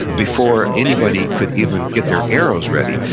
ah before anybody could even get their arrows ready,